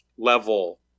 Level